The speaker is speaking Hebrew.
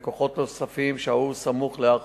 וכוחות נוספים שהו סמוך להר-חוצבים.